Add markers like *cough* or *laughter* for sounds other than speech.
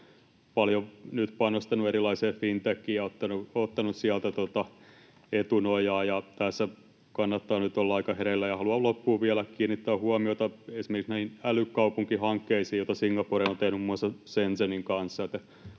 paljon nyt panostanut erilaiseen fintechiin ja ottanut sieltä etunojaa, ja tässä kannattaa nyt olla aika hereillä. Haluan loppuun vielä kiinnittää huomiota esimerkiksi näihin älykaupunkihankkeisiin, *noise* joita Singapore on tehnyt muun muassa Shenzhenin kanssa.